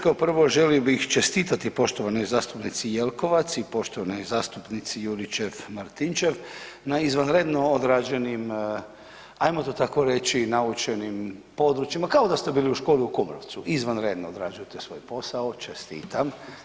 Kao prvo želio bih čestitati poštovanoj zastupnici Jelkovac i poštovanoj zastupnici Juričev-Martinčev na izvanredno odrađenim hajmo to tako reći naučenim područjima kao da ste bili u školi u Kumrovcu, izvanredno odrađujete svoj posao, čestitam.